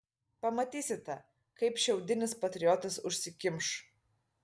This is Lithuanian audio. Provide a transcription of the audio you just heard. pamatysite kaip šiaudinis patriotas užsikimš